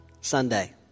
Sunday